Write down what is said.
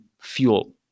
fuel